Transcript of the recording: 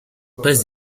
passe